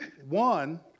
One